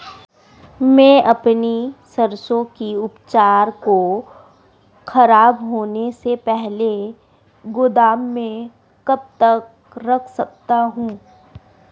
मैं अपनी सरसों की उपज को खराब होने से पहले गोदाम में कब तक रख सकता हूँ?